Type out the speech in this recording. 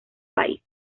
país